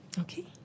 Okay